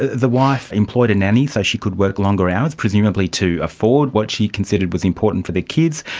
the wife employed a nanny so she could work longer hours, presumably to afford what she considered was important for the kids.